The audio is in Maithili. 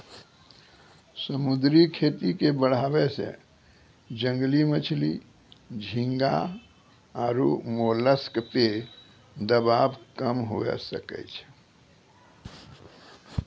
समुद्री खेती के बढ़ाबै से जंगली मछली, झींगा आरु मोलस्क पे दबाब कम हुये सकै छै